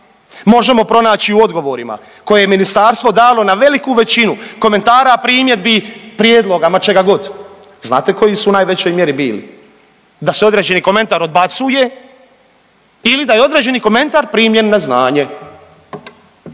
možemo pronaći u odgovorima koje je ministarstvo dalo na veliku većinu komentara, primjedbi, prijedloga, ma čega god. Znate koji su u najvećoj mjeri bili? Da se određeni komentar odbacuje ili da je određeni komentar primljen na znanje.